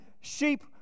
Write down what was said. sheep